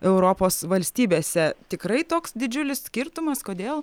europos valstybėse tikrai toks didžiulis skirtumas kodėl